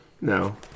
No